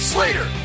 Slater